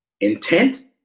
intent